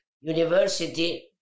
university